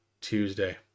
Tuesday